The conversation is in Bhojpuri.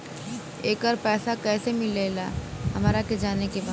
येकर पैसा कैसे मिलेला हमरा के जाने के बा?